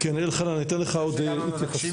אלחנן, אני אתן לך עוד התייחסות.